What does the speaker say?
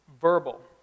verbal